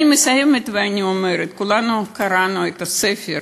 אני מסיימת ואומרת: כולנו קראנו את הספר,